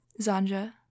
Zanja